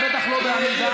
אבל בטח לא בעמידה.